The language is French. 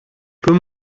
peu